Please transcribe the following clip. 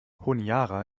honiara